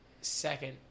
second